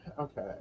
okay